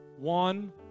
One